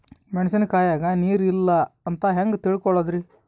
ಮೆಣಸಿನಕಾಯಗ ನೀರ್ ಇಲ್ಲ ಅಂತ ಹೆಂಗ್ ತಿಳಕೋಳದರಿ?